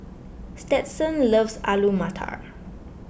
Stetson loves Alu Matar